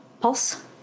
pulse